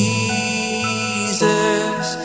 Jesus